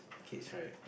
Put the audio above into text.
kids right